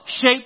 shape